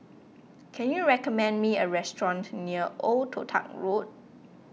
can you recommend me a restaurant near Old Toh Tuck Road